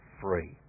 free